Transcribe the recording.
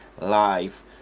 live